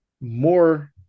more